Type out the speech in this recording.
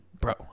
Bro